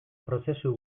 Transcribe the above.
prozesu